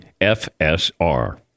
FSR